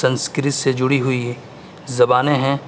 سنسکرت سے جڑی ہوئی یہ زبانیں ہیں